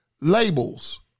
labels